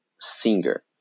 singer